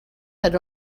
had